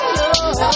love